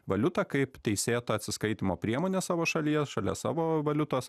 valiutą kaip teisėtą atsiskaitymo priemonę savo šalyje šalia savo valiutos